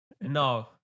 No